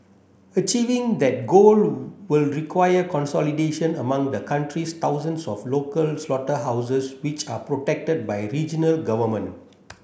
achieving that goal will require consolidation among the country's thousands of local slaughterhouses which are protected by regional government